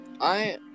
I-